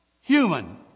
human